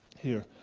here,